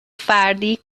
فردی